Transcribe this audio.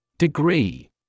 Degree